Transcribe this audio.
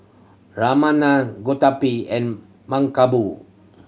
Ramanand Gottipati and Mankombu